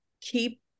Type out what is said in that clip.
keep